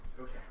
Okay